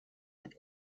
but